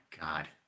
god